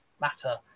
Matter